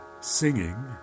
singing